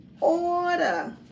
Order